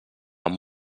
amb